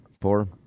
four